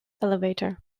elevator